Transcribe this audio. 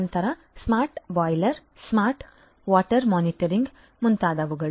ನಂತರ smart boiler smart water monitoring ಮುಂತಾದವುಗಳು